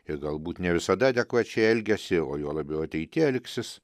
ir galbūt ne visada adekvačiai elgiasi o juo labiau ateity elgsis